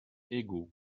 égaux